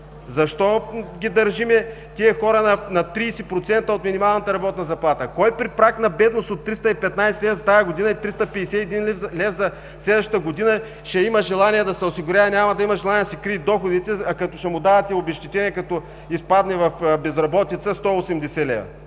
Защо държим тези хора на 30% от минималната работна заплата? Кой при праг на бедност от 315 лв. за тази година и 351 лв. за следващата ще има желание да се осигурява и няма да има желание да си крие доходите, като ще му давате обезщетение, когато изпадне в безработица, 180 лв.?